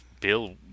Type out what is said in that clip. Bill